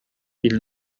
ils